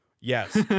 Yes